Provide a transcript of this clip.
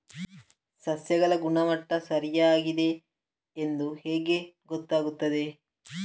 ಸಸ್ಯಗಳ ಗುಣಮಟ್ಟ ಸರಿಯಾಗಿ ಇದೆ ಎಂದು ಹೇಗೆ ಗೊತ್ತು ಆಗುತ್ತದೆ?